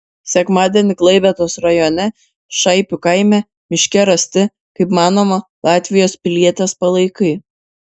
sekmadienį klaipėdos rajone šaipių kaime miške rasti kaip manoma latvijos pilietės palaikai